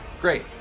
Great